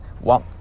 One